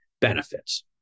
benefits